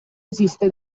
esiste